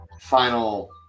final